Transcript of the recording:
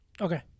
Okay